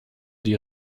die